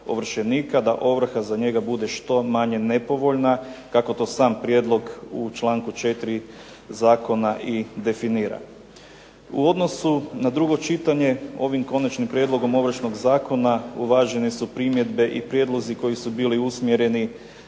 da ovrha za njega bude što manje nepovoljna, kako to sam prijedlog u članku 4. zakona i definira. U odnosu na drugo čitanje ovim Konačnim prijedlogom Ovršnog zakona uvažene su primjedbe i prijedlozi koji su bili usmjereni